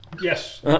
Yes